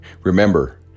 Remember